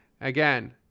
Again